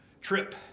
trip